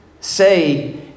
say